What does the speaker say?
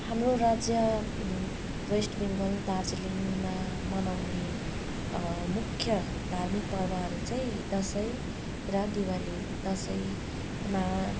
हाम्रो राज्य West Bengal दार्जिलिङमा मनाउने मुख्य धार्मिक पर्वहरू चाहिँ दसैँ र दिवाली दसैँमा